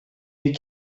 die